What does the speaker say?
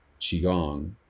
qigong